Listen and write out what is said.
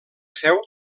seu